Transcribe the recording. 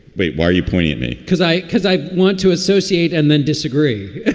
but why are you pointing at me? because i. because i want to associate and then disagree.